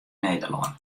nederlân